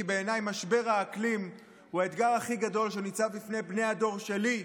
כי בעיניי משבר האקלים הוא האתגר הכי גדול שניצב בפני בני הדור שלי,